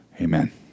amen